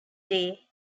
day